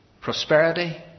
prosperity